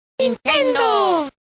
¡Nintendo